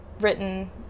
written